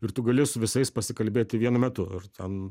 ir tu gali su visais pasikalbėti vienu metu ir ten